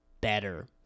better